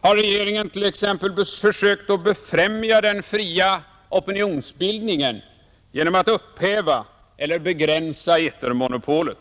Har regeringen t.ex. försökt befrämja den fria opinionsbildningen genom att upphäva eller begränsa etermonopolet?